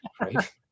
right